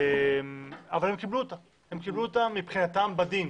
אבל הם קיבלו אותה מבחינתם בדין.